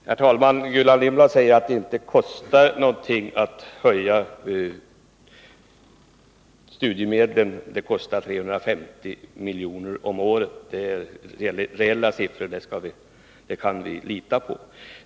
Herr talman! Gullan Lindblad säger att det inte kostar något att höja studiemedlen. Det kostar 350 miljoner om året. Det är en reell uppgift, som vi kan lita på.